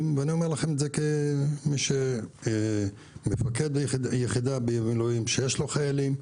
ואני אומר לכם את זה כמי שמפקד יחידה במילואים שיש לו חיילים,